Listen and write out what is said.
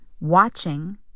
watching